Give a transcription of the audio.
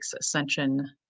ascension